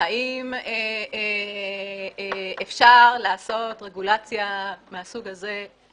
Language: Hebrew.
האם אפשר לעשות רגולציה מהסוג הזה,